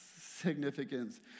significance